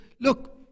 look